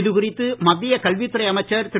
இது குறித்து மத்திய கல்வித்துறை அமைச்சர் திரு